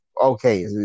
okay